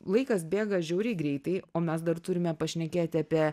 laikas bėga žiauriai greitai o mes dar turime pašnekėti apie